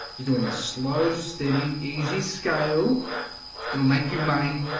you're doing a slow steady easy scale that'll make you money.